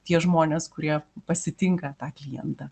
tie žmonės kurie pasitinka tą klientą